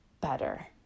better